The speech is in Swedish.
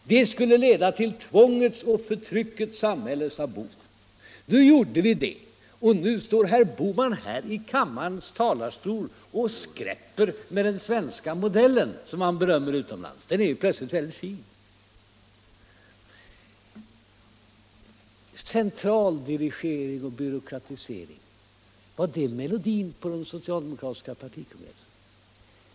Detta skulle leda till tvångets och förtryckets samhälle, sade herr Bohman då. Vi genomförde våra planer, och nu står herr Bohman här i kammarens talarstol och skräpper med den svenska modellen som man berömmer utomlands — den är plötsligt väldigt fin. Centraldirigering och byråkratisering — var det melodin på den socialdemokratiska partikongressen?